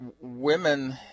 women